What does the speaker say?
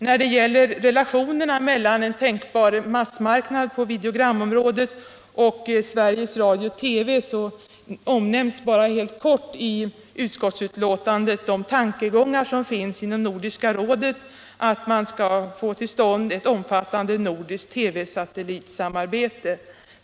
När det gäller relationerna mellan en tänkbar massmarknad på videogramområdet och Sveriges Radio-TV omnämns bara helt kort i utskottsbetänkandet de tankegångar som finns inom Nordiska rådet om att man skall få till stånd ett omfattande nordiskt TV-satellitsamarbete.